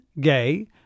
gay